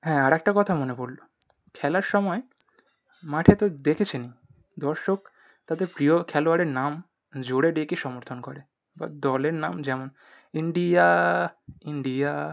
হ্যাঁ আর একটা কথা মনে পড়লো খেলার সময় মাঠে তো দেখেছেনই দর্শক তাদের প্রিয় খেলোয়াড়ের নাম জোরে ডেকে সমর্থন করে বা দলের নাম যেমন ইন্ডিয়া ইন্ডিয়া